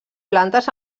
plantes